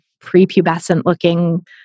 prepubescent-looking